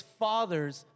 fathers